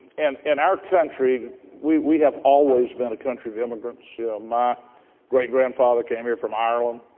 and in our country we we have always been a country of immigrants. you know my great-grandfather came here from ireland,